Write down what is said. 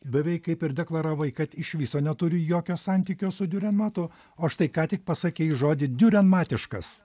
beveik kaip ir deklaravai kad iš viso neturi jokio santykio su diurenmatu o štai ką tik pasakei žodį diurenmatiškas